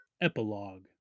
Epilogue